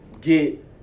get